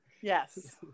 yes